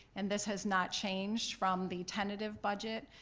and this has not changed from the tentative budget,